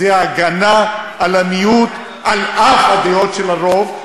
זו הגנה על המיעוט על-אף הדעות של הרוב,